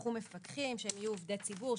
שיוסמכו מפקחים שהם יהיו עובדי ציבור,